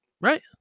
Right